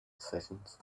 decisions